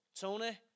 Tony